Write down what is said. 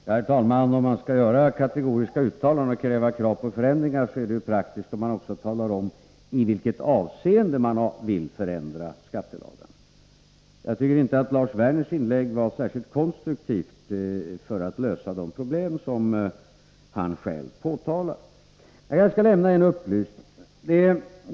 Herr talman! Om man skall göra kategoriska uttalanden och ställa krav på ändringar, så är det ju praktiskt om man också talar om i vilket avseende man vill förändra skattelagarna. Jag tycker inte att Lars Werners inlägg var särskilt konstruktivt när det gäller att lösa de problem som han själv pekar på. Jag skall lämna en upplysning.